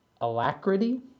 alacrity